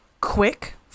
quick